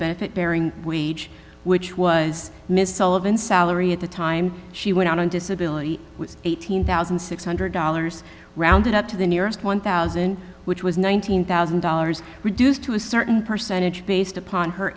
benefit bearing age which was missile of in salary at the time she went out on disability eighteen thousand six hundred dollars rounded up to the nearest one thousand which was nineteen thousand dollars reduced to a certain percentage based upon her